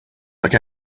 look